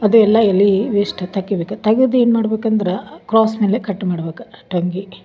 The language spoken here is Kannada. ಅದು ಎಲ್ಲ ಎಲೆ ವೇಸ್ಟ್ ತಗಿಬೇಕು ತಗೆದು ಏನ್ಮಾಡಬೇಕಂದ್ರ ಕ್ರಾಸ್ ಮೇಲೆ ಕಟ್ ಮಾಡಬೇಕು ಟೊಂಗಿ